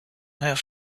have